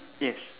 yes